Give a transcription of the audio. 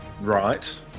right